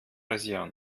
rasieren